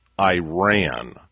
Iran